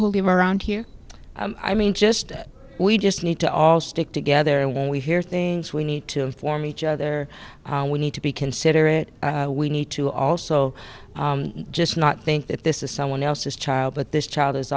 who live around here i mean just we just need to all stick together and when we hear things we need to inform each other we need to be considerate we need to also just not think that this is someone else's child but this child is